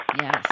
Yes